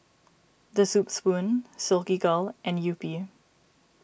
the Soup Spoon Silkygirl and Yupi